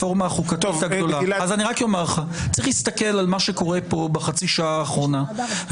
טלי, אני קורא אותך לסדר פעם שלישית.